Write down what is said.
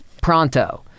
pronto